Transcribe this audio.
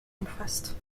umfasst